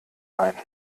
nein